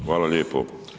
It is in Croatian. Hvala lijepo.